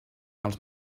els